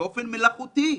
באופן מלאכותי,